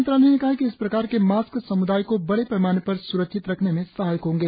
मंत्रालय ने कहा है कि इस प्रकार के मास्क सम्दाय को बड़े पैमाने पर स्रक्षित रखने में सहायक होंगे